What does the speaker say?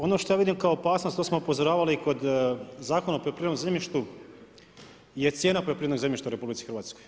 Ono što ja vidim kao opasnost, a to smo upozoravali i kod Zakona o poljoprivrednom zemljištu, je cijena poljoprivrednog zemljišta u RH.